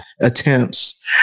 attempts